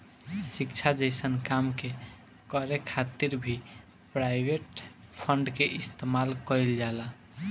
शिक्षा जइसन काम के करे खातिर भी प्राइवेट फंड के इस्तेमाल कईल जाला